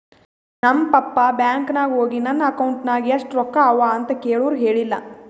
ನಮ್ ಪಪ್ಪಾ ಬ್ಯಾಂಕ್ ನಾಗ್ ಹೋಗಿ ನನ್ ಅಕೌಂಟ್ ನಾಗ್ ಎಷ್ಟ ರೊಕ್ಕಾ ಅವಾ ಅಂತ್ ಕೇಳುರ್ ಹೇಳಿಲ್ಲ